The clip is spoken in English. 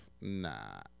Nah